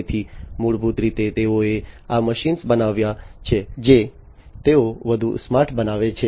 તેથી મૂળભૂત રીતે તેઓએ આ મશીનો બનાવ્યા છે જે તેઓ વધુ સ્માર્ટ બનાવે છે